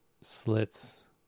slits